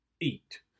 eat